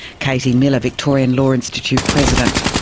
katie miller, victorian law institute president.